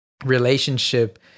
relationship